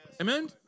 Amen